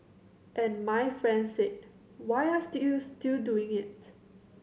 and my friend said why are still still doing it